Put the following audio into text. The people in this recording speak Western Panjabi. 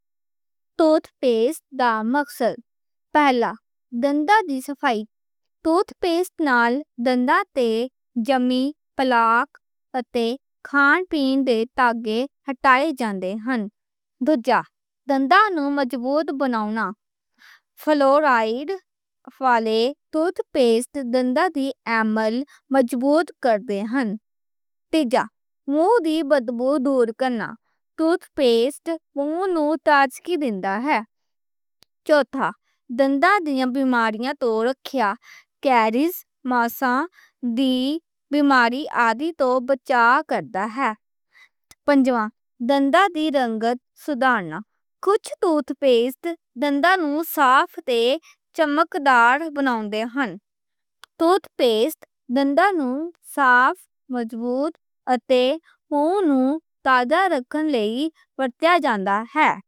ٹوتھ پیسٹ پلاک سے، پہلا دندا دی صفائی۔ جے ٹوتھ پیسٹ نال دنداں تے جمی پلاک تے کھان پین دے تا وی ہٹا دینے ہن۔ منہ دی بدبو، منہ نوں تازہ بناؤنا۔ فلورائیڈ والے ٹوتھ پیسٹ دے نال دی اینمل مضبوط ہے۔ کیریز تے دندانی، مسّاں دی بیماریاں تھی۔ دنداں دی رنگت۔ سستے تے مختلف طرح بنّیاں تے ہن۔ ٹوتھ پیسٹ برانڈاں ساں مدد تے اتے اوہنوں دور رکھن لئی پڑھن لئی ہے۔